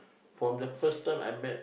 from the first time I met